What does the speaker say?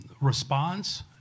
response